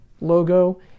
logo